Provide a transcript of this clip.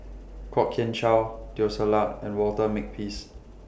Kwok Kian Chow Teo Ser Luck and Walter Makepeace